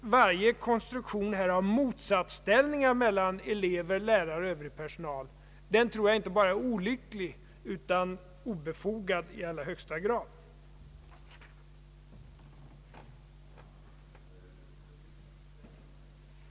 Varje konstruktion av motsatsställningar mellan elever, lärare och övrig personal tror jag är inte bara olycklig utan också i allra högsta grad obefogad.